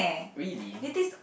really